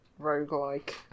roguelike